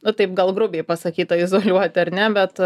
nu taip gal grubiai pasakyta izoliuoti ar ne bet